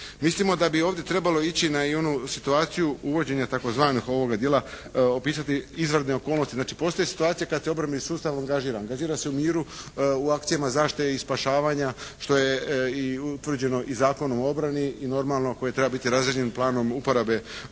Mislimo da bi ovdje trebalo ići na i onu situaciju uvođenja tzv. ovoga dijela, opisati izvanredne okolnosti. Znači postoji situacija kad se obrambeni sustav angažira. Angažira se u miru, u akcijama zaštite i spašavanja, što je i utvrđeno i Zakonom o obrani i normalno koji treba biti razrađen planom uporabe, planom